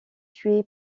tué